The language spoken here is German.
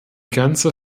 ganze